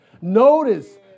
Notice